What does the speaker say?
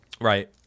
Right